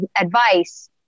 advice